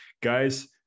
guys